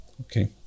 Okay